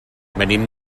venim